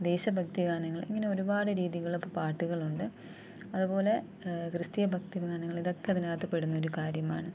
ദേശഭക്തിഗാനങ്ങൾ ഇങ്ങനെ ഒരുപാട് രീതികള് ഇപ്പോള് പാട്ടുകളുണ്ട് അതുപോലെ ക്രിസ്തീയ ഭക്തി ഗാനങ്ങൾ ഇതൊക്കെ അതിനകത്തു പെടുന്നൊരു കാര്യമാണ്